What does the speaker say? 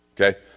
Okay